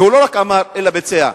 והוא לא רק אמר אלא ביצע.